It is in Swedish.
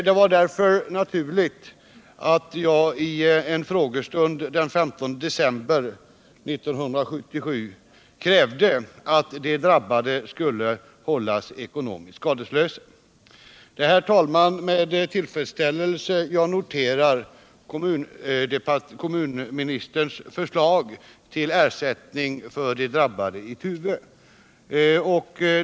Det var därför naturligt att jag vid en frågestund den 15 december 1977 krävde att de drabbade skulle hållas ekonomiskt skadeslösa. Det är, herr talman, med tillfredsställelse jag noterar kommunministerns förslag till ersättning för de drabbade i Tuve.